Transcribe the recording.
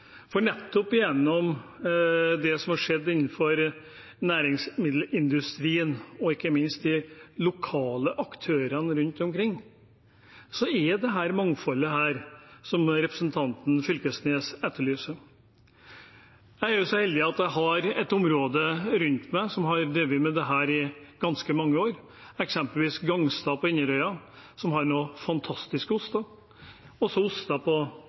for nettopp i det som har skjedd innenfor næringsmiddelindustrien, og ikke minst blant de lokale aktørene rundt omkring, er dette mangfoldet som representanten Knag Fylkesnes etterlyser. Jeg er så heldig at jeg har et område rundt meg som har drevet med dette i ganske mange år, eksempelvis Gangstad på Inderøya, som har noen fantastiske oster. Det er også